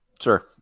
Sure